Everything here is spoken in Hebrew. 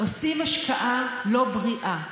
עושים השקעה לא בריאה.